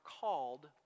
called